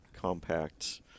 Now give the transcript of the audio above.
compact